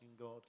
God